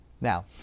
Now